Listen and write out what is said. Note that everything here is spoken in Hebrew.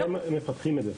כי הם אלה שמפתחים את זה.